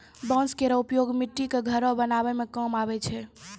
बांस केरो उपयोग मट्टी क घरो बनावै म काम आवै छै